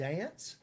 Dance